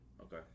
Okay